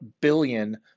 billion